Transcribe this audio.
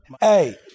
Hey